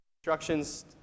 instructions